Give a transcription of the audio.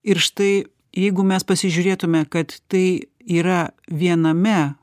ir štai jeigu mes pasižiūrėtume kad tai yra viename